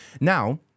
Now